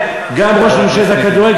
גם ראש ממשלת הכדורגל,